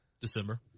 December